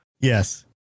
yes